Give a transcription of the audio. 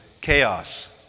chaos